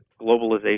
globalization